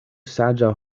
saĝa